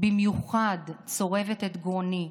במיוחד צורבת את גרוני,